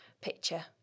picture